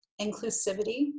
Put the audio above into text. inclusivity